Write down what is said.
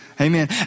Amen